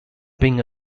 being